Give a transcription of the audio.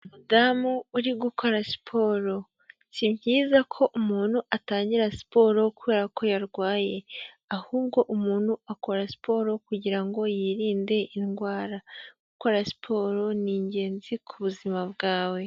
Umudamu uri gukora siporo, si byiza ko umuntu atangira siporo kubera ko yarwaye ahubwo umuntu akora siporo kugira ngo yirinde indwara, gukora siporo ni ingenzi ku buzima bwawe.